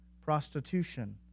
prostitution